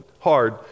hard